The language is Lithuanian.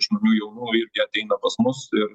žmonių jaunų irgi ateina pas mus ir